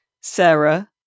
Sarah